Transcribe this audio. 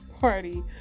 party